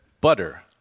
butter